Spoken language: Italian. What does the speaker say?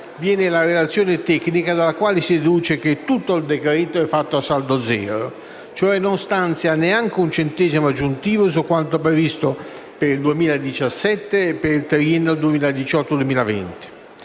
viene la relazione tecnica, dalla quale si deduce che tutto il decreto-legge è fatto a saldo zero, nel senso che non stanzia neanche un centesimo aggiuntivo su quanto previsto per il 2017 e per il triennio 2018-2020.